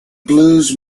blues